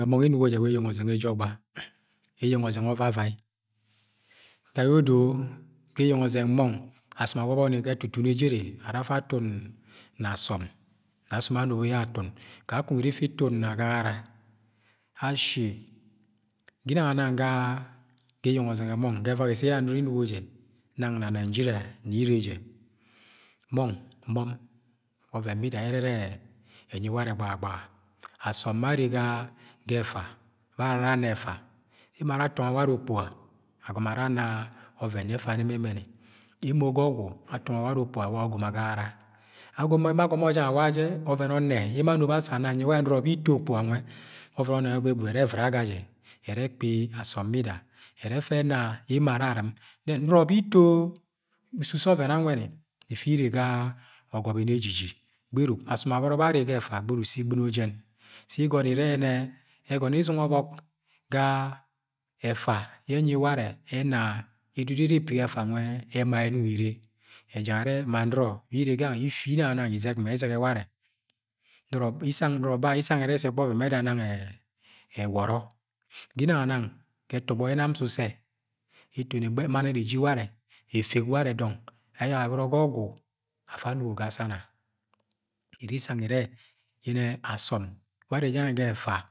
Ga mong inugo jẹ, wa eyeng o̱zeng eje ọgba. Eyeng ovavai Ga yẹ odo, ga eyeng ọzẹng mọng asom awọbọ ga etutun ejere ara afa atun na asọm, ne asọm anobo ye atun, kakọng iri ifi itun na agagara. Ashi ginang anang ga eyeng ozeng ẹmọng ga ẹvak ise nọrọ inugo jẹ, nana na Nigeria ne ire je, mọnm, mọnm, wa ọvẹn bida ẹrẹ enyi warẹ gbagagbaga. Asọm be arre ga efa, be ara ẹna ẹfa, emo ara atọngọ ware, ukpuga agomo ara ana ọvẹn yẹ ẹfani emo emeni. Emo ga ọgwu atọngọ ware̱ ukpuga awa ugom agagara ọvẹn ọnnẹ yẹ emo asa ana anyi warẹ nọrọ be ito ukpuga nwẹ, ọvẹn nwẹ gwud ẹrẹ ẹura aga aja iri ikpi asọm bida. E̱rẹ ẹfẹ ẹna ẹmo ara arɨm then nọrọ be ito ususo ọven anwẹni ifi ire ga ọgọbini ejiji. Gberuk, asọm abọrọ bẹ arre ga ẹfa, gberuk se igɨno yẹn sẹ igọnọ irẹ yẹnẹ ẹgọnọ ye̱ izọngọ ọbọk ga ẹfa yẹ enyi warẹ, ena edudu iri ipigi ẹfa nwẹ ẹma enong ere, ejarẹ ma nọrọ wẹ ire gangẹ ifinana izẹk mẹ ẹzẹgẹ warẹ. Nọrọ ba, isang irẹ sẹ ẹkpọ ọvẹn ẹda nang ẹwọrọ Ginan anang ga ẹtogbọ yẹ nam ususe, mann ere eji warẹ. Efek warẹ dọng. Evak abọrọ ga o̱gwu afa anugo ga sana. iri isang ire yẹne̱ asọm be arre je gange ga ẹfa.